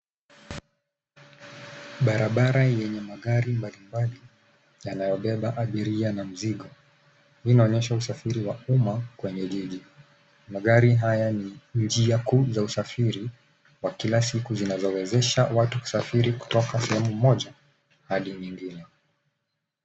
Barabara yenye magari mbalimbali yanayobeba abiria na mizigo. Hii inaonyesha usafiri wa umma kwenye jiji. Magari haya ni njia kuu za usafiri wa kila siku zinazowezesha watu kusafiri kutoka sehemu moja hadi nyingine.